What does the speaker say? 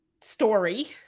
story